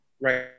Right